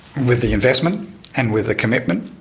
with the investment and with the commitment,